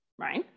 right